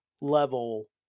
level